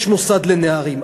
יש מוסד לנערים.